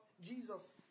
Jesus